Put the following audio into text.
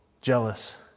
jealous